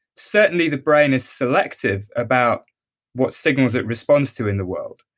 certainly, the brain is selective about what signals it responds to in the world,